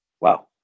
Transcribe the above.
Wow